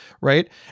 right